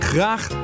Graag